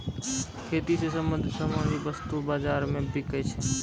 खेती स संबंछित सामान भी वस्तु बाजारो म बिकै छै